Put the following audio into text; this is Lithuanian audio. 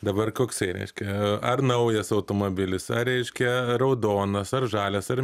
dabar koksai reiškia ar naujas automobilis ar reiškia raudonas ar žalias ar